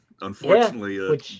Unfortunately